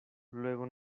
luego